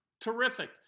Terrific